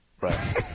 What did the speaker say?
Right